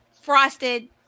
frosted